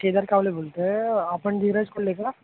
केदार कावले बोलतो आहे आपण धीरज कोल्हे का